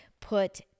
put